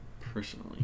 Personally